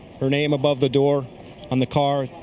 her name above the door on the car.